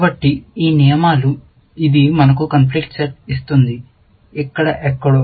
కాబట్టి ఈ నియమాలు ఇది మనకు కాన్ఫ్లిక్ట్ సెట్ ఇస్తుంది ఇక్కడ ఎక్కడో